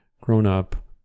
grown-up